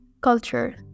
culture